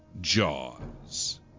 Jaws